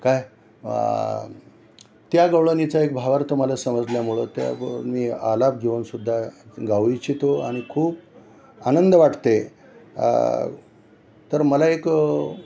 काय त्या गवळणीचा एक भावार्थ मला समजल्यामुळं त्या गवळणी आलाप घेऊनसुद्धा गाऊ इच्छितो आणि खूप आनंद वाटते तर मला एक